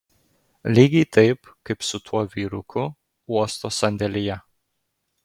lygiai taip kaip su tuo vyruku uosto sandėlyje